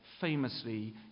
famously